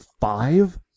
five